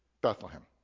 Bethlehem